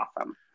awesome